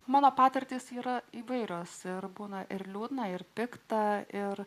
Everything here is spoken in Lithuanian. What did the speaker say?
mano patirtis yra įvairios ir būna ir liūdna ir pikta ir